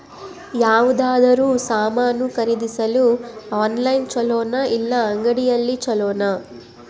ಯಾವುದಾದರೂ ಸಾಮಾನು ಖರೇದಿಸಲು ಆನ್ಲೈನ್ ಛೊಲೊನಾ ಇಲ್ಲ ಅಂಗಡಿಯಲ್ಲಿ ಛೊಲೊನಾ?